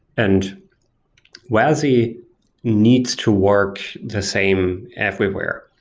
and wasi needs to work the same everywhere,